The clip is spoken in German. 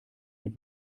mit